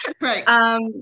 right